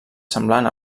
semblant